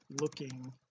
looking